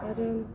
आरो